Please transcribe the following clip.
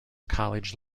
college